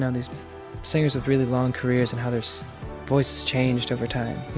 and these singers with really long careers and how their so voices changed over time,